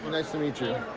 nice to meet you. you